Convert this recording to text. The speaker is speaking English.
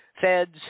Feds